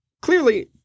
Clearly